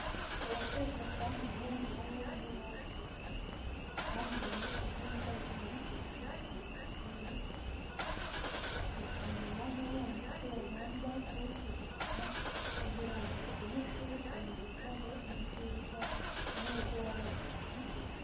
Abasheshekanguhe na bo ntibacikanywe bamenye ibyiza by'umuryango wa efuperi inkotanyi bituma nabo bumva ko bagomba kuwushyigikira kugira ngo urusheho kubagezaho ibyiza nkibyo wabagejejeho.